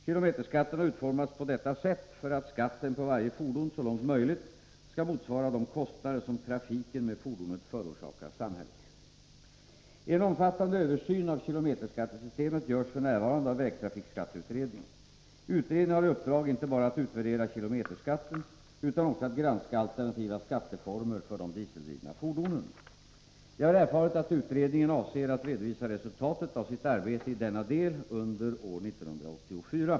Kilometerskatten har utformats på detta sätt för att skatten på varje fordon så långt möjligt skall motsvara de kostnader som trafiken med fordonet förorsakar samhället. En omfattande översyn av kilometerskattesystemet görs f. n. av vägtrafik skatteutredningen . Utredningen har i uppdrag inte bara att Nr 21 utvärdera kilometerskatten utan också att granska alternativa skatteformer Torsdagen den för de dieseldrivna fordonen. Jag har erfarit att utredningen avser att redovi 10 november 1983 sa resultatet av sitt arbete i denna del under år 1984.